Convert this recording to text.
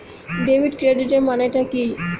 Debit ক্রেডিটের মানে টা কি?